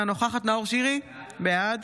אינה נוכחת נאור שירי, בעד